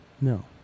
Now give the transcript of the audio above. No